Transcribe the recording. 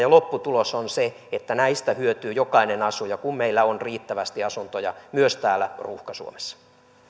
asioita ja lopputulos on se että näistä hyötyy jokainen asuja kun meillä on riittävästi asuntoja myös täällä ruuhka suomessa